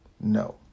No